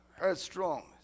Headstrong